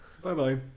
Bye-bye